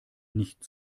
nicht